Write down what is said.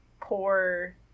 poor